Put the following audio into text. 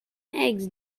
eggs